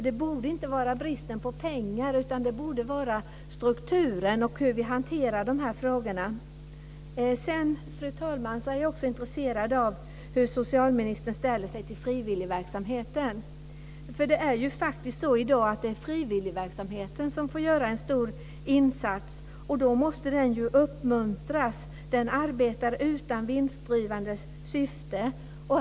Det borde inte handla om bristen på pengar utan om strukturen och hur vi hanterar de här frågorna. Fru talman! Jag är också intresserad av hur socialministern ställer sig till frivilligverksamheten. I dag är det frivilligverksamheten som får göra en stor insats, och den måste därför uppmuntras. Den arbetar utan vinstdrivande syfte.